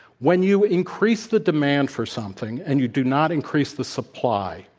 when you increase the demand for something and you do not increase the supply,